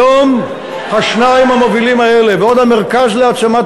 היום השניים המובילים האלה ועוד המרכז להעצמת